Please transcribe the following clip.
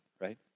right